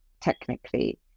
technically